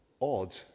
odd